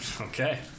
Okay